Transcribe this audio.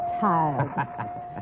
tired